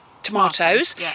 tomatoes